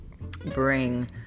bring